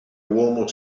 uomo